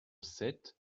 sept